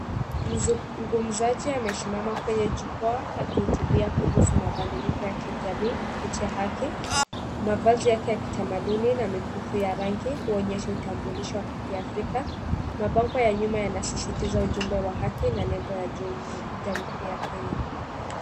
Mzungumzaji amesimama kwenye jukwaa, akiutubia kuhusu mabadiliko ya kijamii kupitia haki, mavazi yake ya kitamaduni na mikufu ya rangi huonyesha utambulisho wa kikiafrika, mabango ya nyuma yanasisitiza ujumbe wa haki na nembo ya jamhuri ya Kenya.